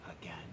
again